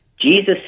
Jesus